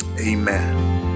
Amen